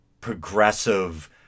progressive